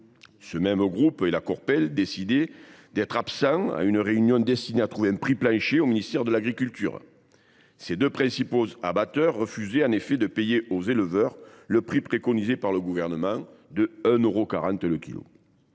la main. Bigard et la Cooperl ont décidé de ne pas participer à une réunion destinée à trouver un prix plancher au ministère de l’agriculture. Ces deux principaux abatteurs refusaient, en effet, de payer aux éleveurs le prix préconisé par le Gouvernement de 1,40 euro